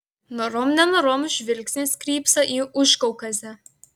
norom nenorom žvilgsnis krypsta į užkaukazę